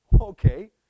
Okay